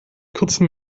kurzen